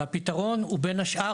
והפתרון הוא בין השאר,